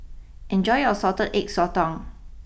enjoy your Salted Egg Sotong